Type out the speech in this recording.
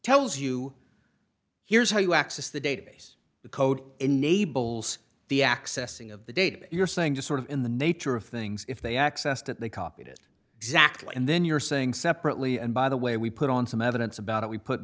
tells you here's how you access the database the code enables the accessing of the data you're saying to sort of in the nature of things if they accessed it they copied it exactly and then you're saying separately and by the way we put on some evidence about it we put